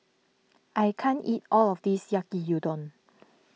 I can't eat all of this Yaki Udon